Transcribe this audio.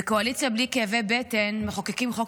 בקואליציה בלי כאבי בטן מחוקקים חוק